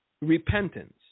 repentance